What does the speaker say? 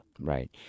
Right